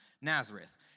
Nazareth